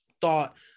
thought